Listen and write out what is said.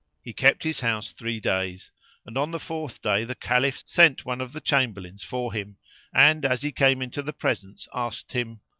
he kept his house three days and on the fourth day the caliph sent one of the chamberlains for him and, as he came into the presence, asked him,